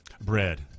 Bread